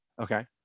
Okay